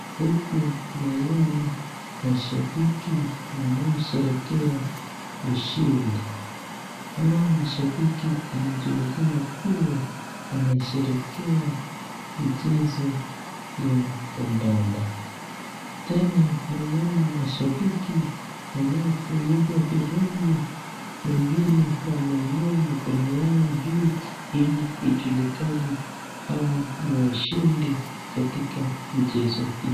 Huku naina mashabiki wanaosherehelea ushindi, hawa mashabiki inajulikana kuwa wanasherehekea mchezo wa kadanda, tena naiona mashabiki wanaopuliza firimbi, wengine wameinua mikono yao juu ili ijulikane hawa ni washindi katika michezo hii.